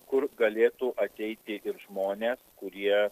kur galėtų ateiti ir žmonės kurie